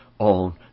On